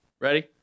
ready